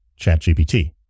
ChatGPT